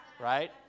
right